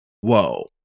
whoa